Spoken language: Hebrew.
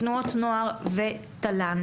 תנועות נוער ותל"ן.